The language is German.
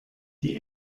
die